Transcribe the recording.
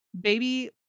Baby